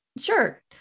Sure